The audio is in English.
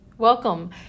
Welcome